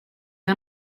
que